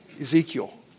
Ezekiel